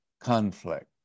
conflict